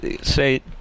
say